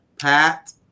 Pat